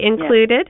included